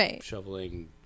shoveling